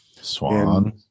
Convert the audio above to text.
Swan